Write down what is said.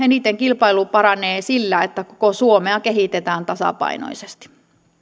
eniten kilpailu paranee sillä että koko suomea kehitetään tasapainoisesti